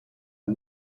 een